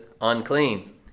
unclean